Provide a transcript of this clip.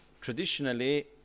traditionally